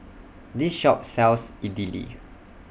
This Shop sells Idili